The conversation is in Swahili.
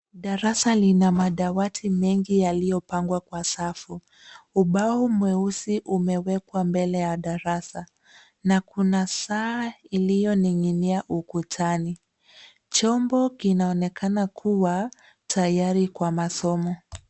Darasa lina madawati mengi yaliyopangwa kwa safu. Ubao mweusi umewekwa mbele ya darasa. Na kuna saa iliyoning'inia ukutani. Chombo kinaonekana kuwa tayari kwa masomo